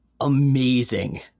amazing